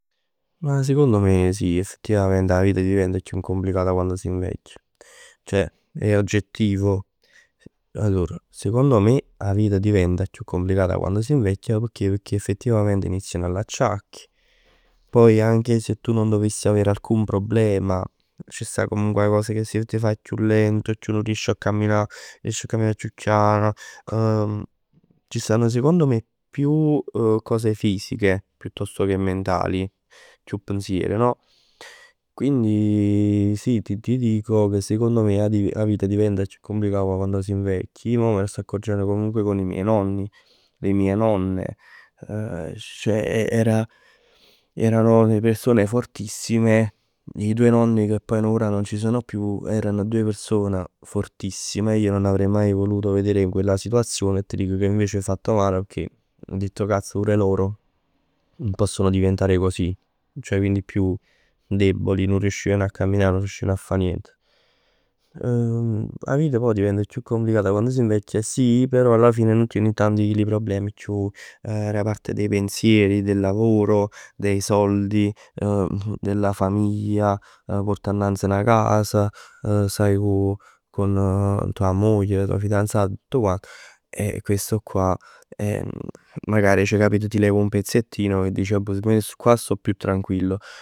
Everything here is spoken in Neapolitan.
Ma sicond me sì effettivamente 'a vita diventa chiù complicata quando si invecchia. Ceh è oggettivo. Allora, sicond me 'a diventa chiù complicata quando si invecchia, pecchè? Pecchè effettivamente iniziano l'acciacchi. Poi anche se tu non dovessi avere alcun problema, c' sta comunque 'a cosa che t' faje chiù lento, chiù nun riesc 'a camminà. Risci a camminà chiù chian. Ci stanno secondo me chiù cose fisiche piuttosto che mentali. Chiù pensier no? Quindi sì ti dico che secondo me 'a vita diventa chiù complicata, ma quando si invecchia. Ij mo me ne sto accorgenn comunque con i miei nonni, le mie nonne, ceh erano erano delle persone fortissime. I due nonni che poi ora non ci sono più erano delle persone fortissime, ij non avrei mai voluto vedere in quella situazione e t' dico che invece mi ha fatto male pecchè ho detto cazz pure loro possono diventare così, ceh quindi più deboli. Non riuscivano a camminà, non riuscivano a fa niente. 'A vita diventa chiù complicata quando si invecchia sì, però alla fine nun tien tant 'e chill problem chiù da parte dei pensieri, del lavoro, dei soldi, della famiglia. Puort annanz 'na casa, saje 'o cu tua moglie, la tua fidanzata, tutt quant. E questo qua ceh magari tu ti levi un pezzettino che tu dici vabbè io qua sto più tranquillo.